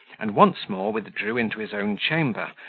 and once more withdrew into his own chamber,